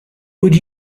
would